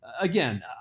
again